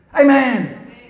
Amen